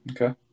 Okay